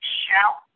shout